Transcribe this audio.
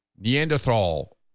Neanderthal